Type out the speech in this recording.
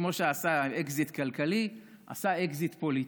כמו שהוא עשה אקזיט כלכלי הוא עשה אקזיט פוליטי,